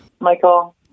Michael